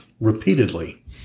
repeatedly